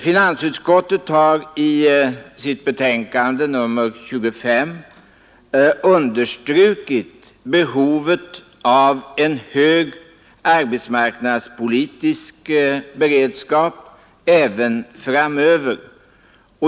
Finansutskottet har i sitt betänkande nr 25 understrukit behovet av en hög arbetsmarknadspolitisk beredskap även framöver.